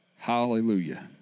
Hallelujah